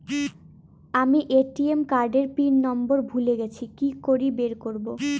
আমি ATM card এর pin number ভুলে গেছি কি করে বের করব?